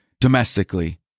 domestically